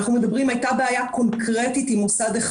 הייתה בעיה קונקרטית עם מוסד אחד.